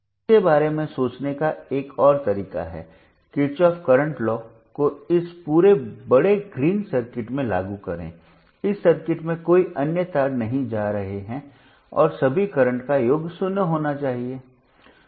इसके बारे में सोचने का एक और तरीका है किरचॉफ करंट लॉ को इस पूरे बड़े ग्रीन सर्किट में लागू करें इस सर्किट में कोई अन्य तार नहीं जा रहे हैं और सभी करंट का योग शून्य होना चाहिए